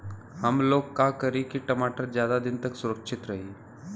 हमलोग का करी की टमाटर ज्यादा दिन तक सुरक्षित रही?